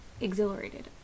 exhilarated